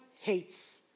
hates